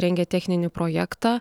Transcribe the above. rengia techninį projektą